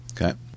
Okay